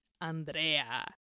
Andrea